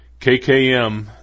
KKM